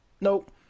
nope